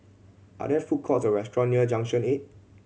are there food courts or restaurant near Junction Eight